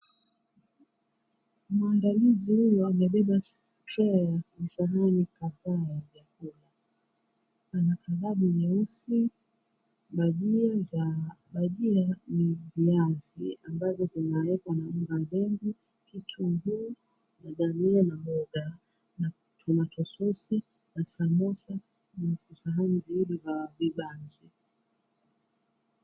Muandilizi huyu amebeba trei ya visahani kadhaa ya vyakula. Ana kababu nyeusi bajia za. Bajia ni viazi ambazo zinawekwa na unga dengu kitunguu na dania na mboga na tomato sosi na samosa na visahani viwili vya vibanzi.